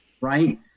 right